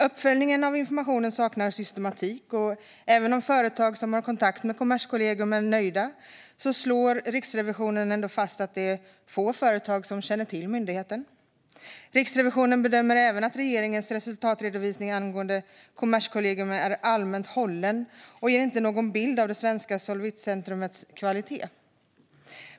Uppföljningen av informationen saknar systematik, och även om de företag som har kontakt med Kommerskollegium är nöjda slår Riksrevisionen fast att det är få företag som känner till myndigheten. Riksrevisionen bedömer även att regeringens resultatredovisning angående Kommerskollegium är allmänt hållen och inte ger någon bild av det svenska Solvitcentrumets kvalitet.